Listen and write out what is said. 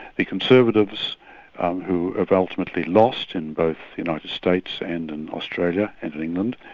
the conservatives who have ultimately lost in both the united states and in australia and in england,